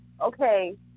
okay